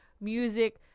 music